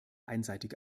einseitig